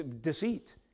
deceit